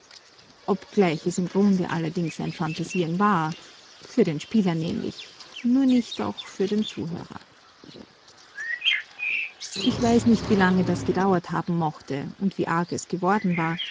obgleich es im grunde allerdings ein phantasieren war für den spieler nämlich nur nicht auch für den hörer ich weiß nicht wie lange das gedauert haben mochte und wie arg es geworden war